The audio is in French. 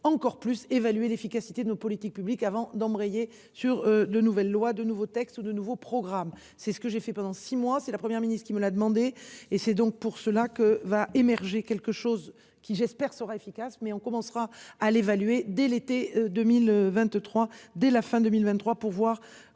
encore plus évaluer l'efficacité de nos politiques publiques avant d'embrayer sur de nouvelles lois de nouveaux textes de nouveaux programmes, c'est ce que j'ai fait pendant 6 mois c'est la Première ministre il me l'a demandé et c'est donc pour cela que va émerger quelque chose qui j'espère sera efficace mais on commencera à l'évaluer dès l'été 2023. Dès la fin 2023 pour voir